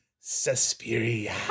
Suspiria